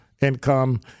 income